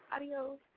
Adios